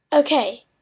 Okay